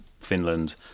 Finland